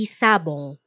sabong